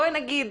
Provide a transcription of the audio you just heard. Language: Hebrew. בואי נגיד,